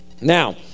Now